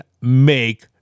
make